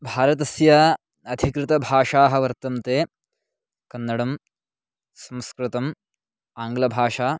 भारतस्य अधिकृतभाषाः वर्तन्ते कन्नडं संस्कृतम् आङ्ग्लभाषा